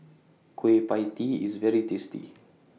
Kueh PIE Tee IS very tasty